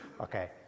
Okay